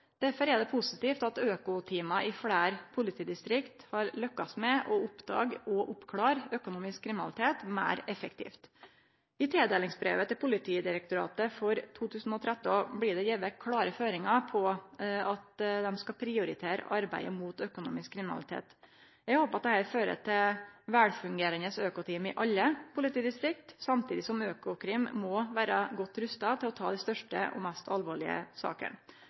positivt at økoteama i fleire politidistrikt har lykkast med å oppdage og oppklare økonomisk kriminalitet meir effektivt. I tildelingsbrevet til Politidirektoratet for 2013 blir det gjeve klare føringar på at dei skal prioritere arbeidet mot økonomisk kriminalitet. Eg håpar at dette fører til velfungerande økoteam i alle politidistrikt, samtidig som Økokrim må vere godt rusta til å ta dei største og mest alvorlege